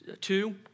Two